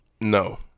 No